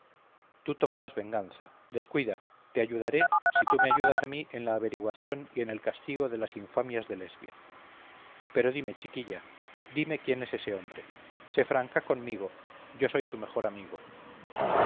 tú tomarás venganza descuida te ayudaré si tú me ayudas a mí en la averiguación y en el castigo de las infamias de lesbia pero dime chiquilla dime quién es ese hombre sé franca conmigo yo soy tu mejor amigo